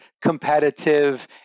competitive